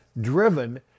driven